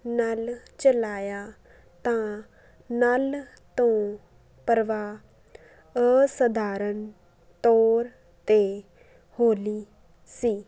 ਨਲ ਚਲਾਇਆ ਤਾਂ ਨਲ ਤੋਂ ਪਰਵਾਹ ਅਸਧਾਰਨ ਤੌਰ 'ਤੇ ਹੌਲੀ ਸੀ